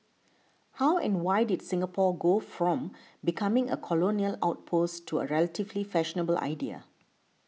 how and why did Singapore go from becoming a colonial outpost to a relatively fashionable idea